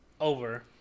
over